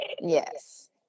yes